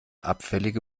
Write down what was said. abfällige